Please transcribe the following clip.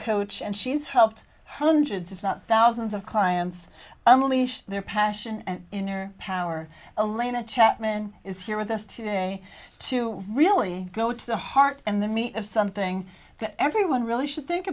coach and she's helped hundreds of thousands of clients unleash their passion and inner power alaina chapman is here with us today to really go to the heart and the meat of something that everyone really should think